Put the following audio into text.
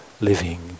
living